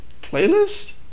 playlist